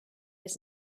was